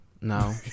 No